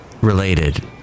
related